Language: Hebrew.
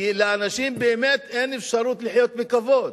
כי לאנשים באמת אין אפשרות לחיות בכבוד.